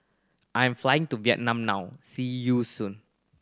I am flying to Vietnam now see you soon